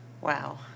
Wow